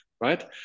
right